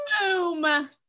boom